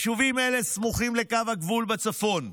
יישובים אלה סמוכים לקו הגבול בצפון.